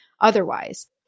otherwise